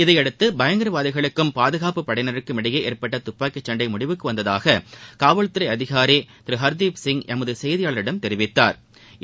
இதையடுத்து பயங்கரவாதிகளுக்கும் பாதுகாப்பு படையினருக்கும் இடையே ஏற்பட்ட துப்பாக்கி சண்டை முடிவுக்கு வந்ததாக காவல்துறை அதிகாரி திரு ஹாப்ரீத் சிங் எமது செய்தியாளரிடம் தெரிவித்தாா்